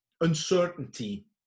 uncertainty